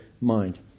mind